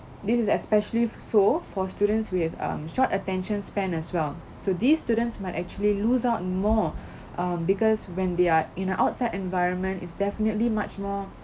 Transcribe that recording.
this is especially f~ so for students with um short attention span as well so these students might actually lose out more err because when they are in a outside environment is definitely much more